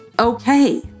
Okay